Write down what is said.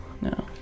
No